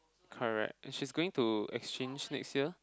correct and she's going to exchange next year